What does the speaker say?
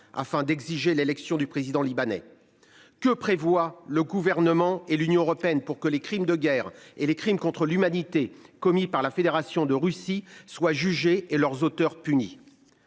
afin d'exiger l'élection du président libanais. Que prévoit le gouvernement et l'Union européenne pour que les crimes de guerre et les crimes contre l'humanité commis par la Fédération de Russie soit jugé et leurs auteurs punis.